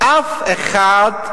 אף אחד,